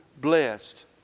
blessed